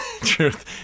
Truth